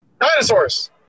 Dinosaurs